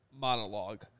monologue